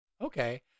okay